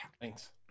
Thanks